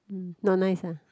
hmm not nice ah